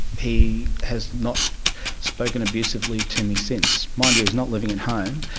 he has not spoken abusively to me since. mind you, he's not living at home,